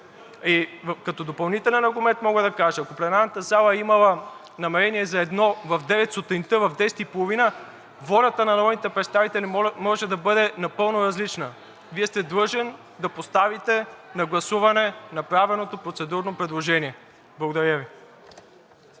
Като допълнителен аргумент мога да кажа, че ако пленарната зала е имала намерение за едно в 9,00 ч. сутринта, в 10,30 ч. волята на народните представители може да бъде напълно различна и Вие сте длъжен да поставите на гласуване направеното процедурно предложение. Благодаря Ви.